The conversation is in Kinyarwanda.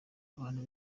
abantu